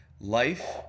Life